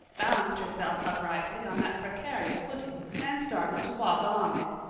balanced herself uprightly on that precarious footing, and started to walk along it,